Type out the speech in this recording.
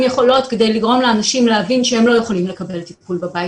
יכולות כדי לגרום לאנשים להבין שהם לא יכולים לקבל טיפול בבית.